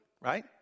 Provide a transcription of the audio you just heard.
right